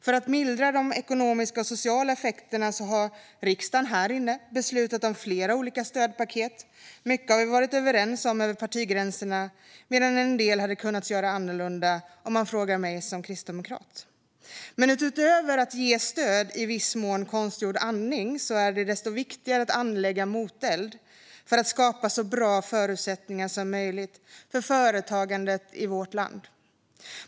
För att mildra de ekonomiska och sociala effekterna har riksdagen här i kammaren beslutat om flera olika stödpaket. Mycket har vi varit överens om över partigränserna, medan en del hade kunnat göras annorlunda om man frågar mig som kristdemokrat. Utöver att ge stöd som i viss mån är konstgjord andning är det desto viktigare att anlägga moteld för att skapa så bra förutsättningar som möjligt för företagandet i vårt land.